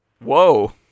Whoa